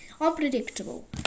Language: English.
unpredictable